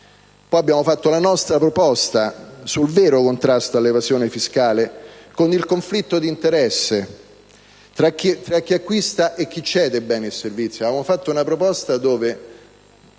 Poi abbiamo fatto la nostra proposta sul vero contrasto all'evasione fiscale con il conflitto di interessi fra chi acquista e chi cede beni e servizi. Avevamo fatto una proposta